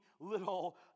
little